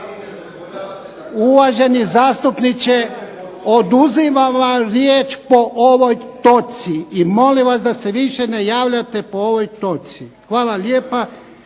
uvaženi zastupniče, oduzimam vam riječi po ovoj točci i molim vas da se više ne javljate po ovoj točci. Imamo još